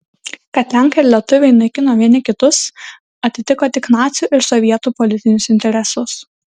kad lenkai ir lietuviai naikino vieni kitus atitiko tik nacių ir sovietų politinius interesus